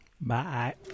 Bye